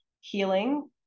Healing